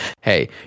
Hey